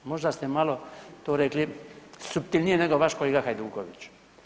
Možda ste malo to rekli suptilnije nego vaš kolega Hajduković.